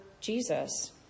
Jesus